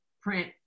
print